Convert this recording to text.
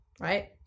right